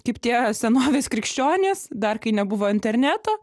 kaip tie senovės krikščionys dar kai nebuvo interneto